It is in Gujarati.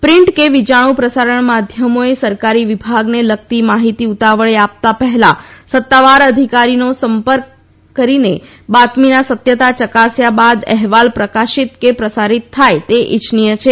પ્રિન્ટ કે વીજાણું પ્રસાર માધ્યમોએ સરકારી વિભાગને લગતી માહિતી ઊતાવળે આપતા પહેલાં સત્તાવાર અધિકારીનો સંપર્ક કરીને બાતમીની સત્યતા યકાસ્યા બાદ અહેવાલ પ્રકાશિત કે પ્રસારીત થાય તે ઇચ્છનીય છે